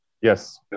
yes